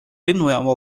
lennujaama